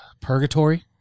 purgatory